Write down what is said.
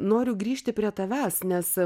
noriu grįžti prie tavęs nes